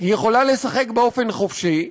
היא יכולה לשחק באופן חופשי,